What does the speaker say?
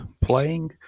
playing